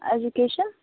education